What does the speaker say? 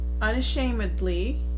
unashamedly